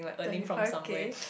thirty five K